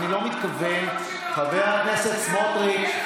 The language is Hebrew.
אני לא מתכוון, חבר הכנסת סמוטריץ'.